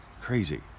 Crazy